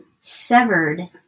severed